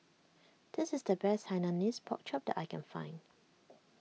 this is the best Hainanese Pork Chop that I can find